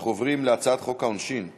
אנחנו עוברים להצעת חוק העונשין (תיקון,